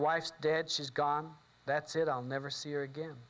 wife's dead she's gone that's it i'll never see her again